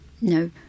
No